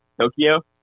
Tokyo